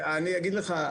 אני אגיד לך.